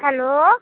hello